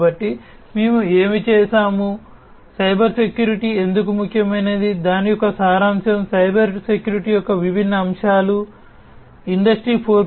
కాబట్టి మేము ఏమి చేసాము సైబర్ సెక్యూరిటీ ఎందుకు ముఖ్యమైనది దాని యొక్క సారాంశం సైబర్ సెక్యూరిటీ యొక్క విభిన్న అంశాలు ఇండస్ట్రీ 4